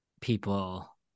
people